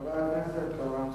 חבר הכנסת אברהים צרצור.